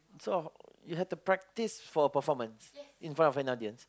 so how you have to practise for a performance in front of an audience